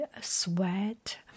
sweat